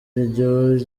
iryo